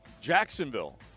Jacksonville –